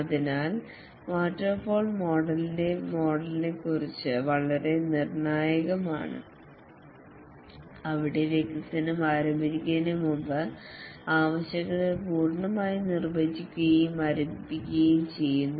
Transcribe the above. അതിനാൽ വാട്ടർഫാൾ മോഡലിന്റെ മോഡൽ യെക്കുറിച്ച് വളരെ നിർണ്ണായകമാണ് അവിടെ വികസനം ആരംഭിക്കുന്നതിന് മുമ്പ് ആവശ്യകതകൾ പൂർണ്ണമായും നിർവചിക്കുകയും മരവിപ്പിക്കുകയും ചെയ്യുന്നു